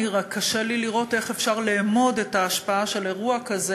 רק קשה לי לראות איך אפשר לאמוד את ההשפעה של אירוע כזה